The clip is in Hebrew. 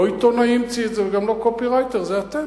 לא עיתונאי המציא את זה וגם לא קופירייטר, זה אתם.